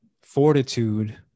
fortitude